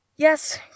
Yes